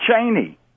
Cheney